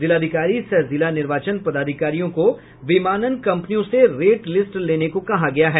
जिलाधिकारी सह जिला निर्वाचन पदाधिकारियों को विमानन कंपनियों से रेट लिस्ट लेने को कहा गया है